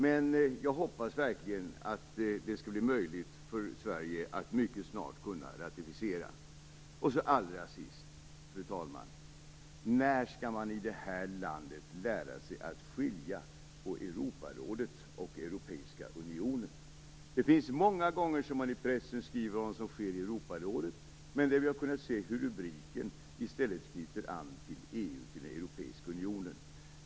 Men jag hoppas verkligen att det skall bli möjligt för Sverige att mycket snart kunna ratificera. Allra sist, fru talman, när skall man i det här landet lära sig att skilja mellan Europarådet och Europeiska unionen? Pressen skriver många gånger om vad som sker i Europarådet. Men vi har kunnat se hur rubriken i stället knyter an till EU, Europeiska unionen.